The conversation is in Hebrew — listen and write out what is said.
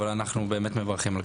אבל אנחנו באמת מברכים על כך.